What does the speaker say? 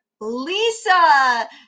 lisa